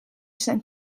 zijn